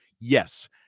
Yes